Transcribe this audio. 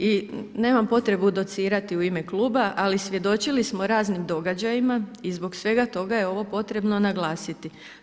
I nemam potrebu docirati u ime kluba ali svjedočili smo raznim događajima i zbog svega toga je ovo potrebno naglasiti.